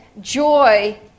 joy